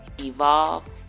Evolve